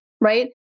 right